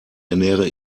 ernähre